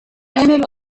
آمل